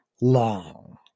long